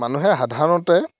মানুহে সাধাৰণতে